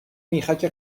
میخک